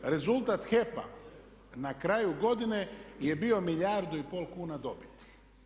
Rezultat HEP-a na kraju godine je bio milijardu i pol kuna dobiti.